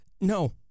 No